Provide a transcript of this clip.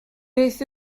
beth